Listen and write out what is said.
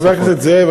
חבר הכנסת זאב,